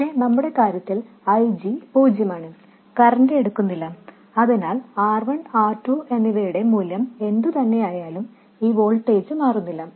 പക്ഷേ നമ്മുടെ കാര്യത്തിൽ I G പൂജ്യമാണ് കറന്റ് എടുക്കുന്നില്ല അതിനാൽ R1 R2 എന്നിവയുടെ മൂല്യം എന്തുതന്നെയാലും ഈ വോൾട്ടേജ് മാറുന്നില്ല